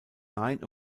nine